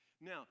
Now